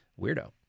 weirdo